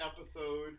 episode